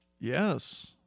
Yes